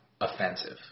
offensive